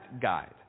guide